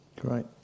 Great